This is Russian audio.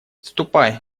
ступай